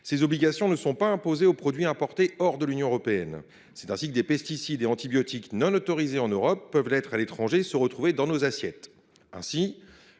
ces obligations ne sont pas imposées aux produits importés de l’extérieur de l’Union européenne. C’est ainsi que des pesticides et antibiotiques non autorisés en Europe peuvent l’être à l’étranger et se retrouver dans nos assiettes.